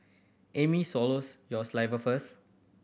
Amy swallows your saliva first